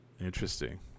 Interesting